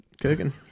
Cooking